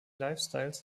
lifestyles